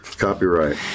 Copyright